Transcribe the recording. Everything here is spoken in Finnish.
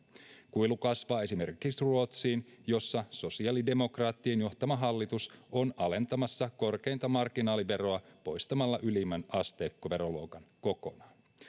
kuilu kasvaa esimerkiksi ruotsiin missä sosiaalidemokraattien johtama hallitus on alentamassa korkeinta marginaaliveroa poistamalla ylimmän asteikkoveroluokan kokonaan